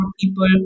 people